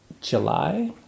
July